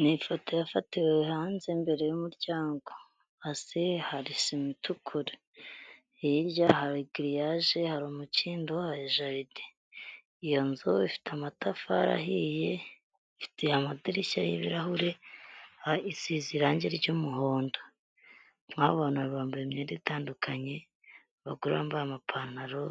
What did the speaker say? Ni ifoto yafatiwe hanze imbere y'umuryango, hasi hari sima itukura, hirya hari giriyaje, hari umukindo wayo, hari jaride, iyo nzu ifite amatafari ahiye, ifite amadirishya y'ibirahure isize irangi ry'umuhondo, nk'abantu bambaye imyenda itandukanye, abagore bambaye amapantaro